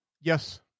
Yes